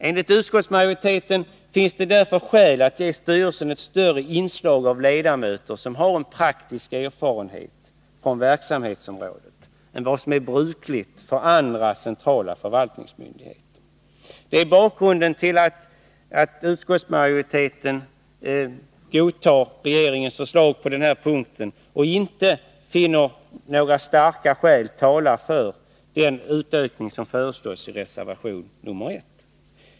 Enligt utskottsmajoriteten finns det därför skäl att ge styrelsen ett större inslag av ledamöter som har praktisk erfarenhet från verksamhetsområdet än vad som är brukligt för andra centrala förvaltningsmyndigheter. Det är bakgrunden till att utskottsmajoriteten godtar regeringens förslag på den här punkten och inte finner några starka skäl tala för den utökning som föreslås i reservation nr 1.